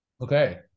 okay